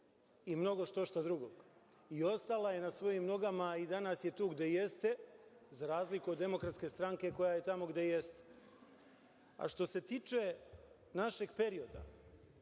i mnogo štošta drugo i ostala je na svojim nogama i danas je tu gde jeste za razliku od DS koja je tamo gde jeste. Što se tiče našeg perioda,